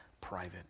private